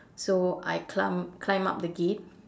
so I climb climb up the gate